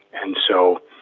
and so